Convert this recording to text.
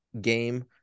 game